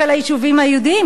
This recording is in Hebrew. רק על היישובים היהודיים,